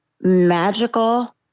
magical